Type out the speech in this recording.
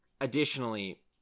additionally